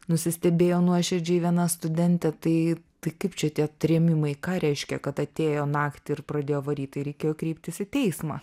nusistebėjo nuoširdžiai viena studentė tai tai kaip čia tie trėmimai ką reiškia kad atėjo naktį ir pradėjo varyt tai reikėjo kreiptis į teismą